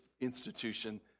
institution